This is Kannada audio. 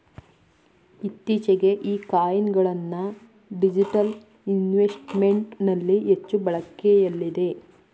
ಇತ್ತೀಚೆಗೆ ಈ ಕಾಯಿನ್ ಗಳನ್ನ ಡಿಜಿಟಲ್ ಇನ್ವೆಸ್ಟ್ಮೆಂಟ್ ನಲ್ಲಿ ಹೆಚ್ಚು ಬಳಕೆಯಲ್ಲಿದೆ